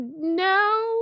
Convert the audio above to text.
no